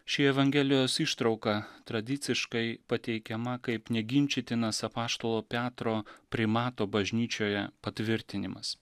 ši evangelijos ištrauka tradiciškai pateikiama kaip neginčytinas apaštalo petro primato bažnyčioje patvirtinimas